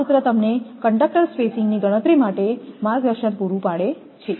આ સૂત્ર તમને કંડકટર સ્પેસીંગ ની ગણતરી માટે માર્ગદર્શન પૂરું પાડે છે